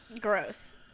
gross